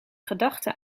gedachte